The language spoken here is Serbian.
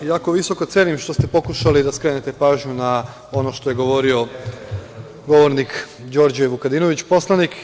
Jako visoko cenim što ste pokušali da skrenete pažnju na ono što je govorio govornik Đorđe Vukadinović, poslanik.